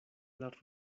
las